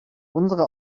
unsere